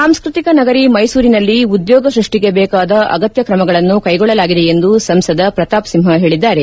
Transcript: ಸಾಂಸ್ಕೃತಿಕ ನಗರಿ ಮೈಸೂರಿನಲ್ಲಿ ಉದ್ಯೋಗ ಸೃಷ್ಟಿಗೆ ಬೇಕಾದ ಅಗತ್ಯ ಕ್ರಮ ಕೈಗೊಳ್ಳಲಾಗಿದೆ ಎಂದು ಸಂಸದ ಪ್ರತಾಪ ಸಿಂಹ ಹೇಳಿದ್ದಾರೆ